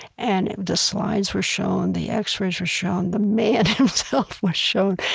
and the slides were shown, the x-rays were shown, the man himself was shown.